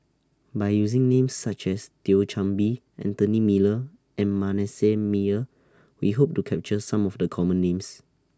By using Names such as Thio Chan Bee Anthony Miller and Manasseh Meyer We Hope to capture Some of The Common Names